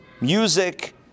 Music